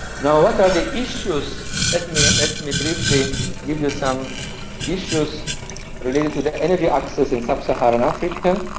now what are the issues? let me and let me briefly give you some issues related to the energy access in sub-saharan africa.